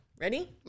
Ready